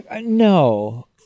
No